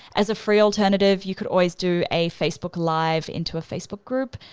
as a free alternative, you could always do a facebook live into a facebook group.